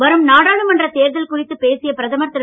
வரும் நாடாளுமன்ற தேர்தல் குறித்து பேசிய பிரதமர் திரு